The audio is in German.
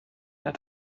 der